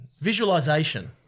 visualization